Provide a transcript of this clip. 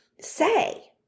say